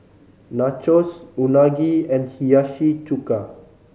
Nachos Unagi and Hiyashi Chuka